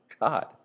God